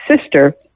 sister